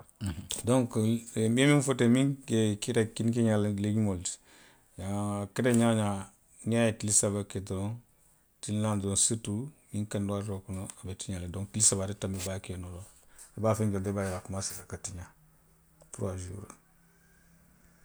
Donku i ye miŋ fo tew miŋ keta kini keeňaa la leegumoolu ti. Aŋ a keta ňaa woo ňaa niŋ a ye tili saba ke doroŋ, tili naani doroŋ siritu ňiŋ kandi waatoo kono, a be tiňaa la donku tili saba ate tanbi baake ke noo la wo la. I be a fenke la i be a je la a komaaseeta ka tiňaa. turuwaa suuri;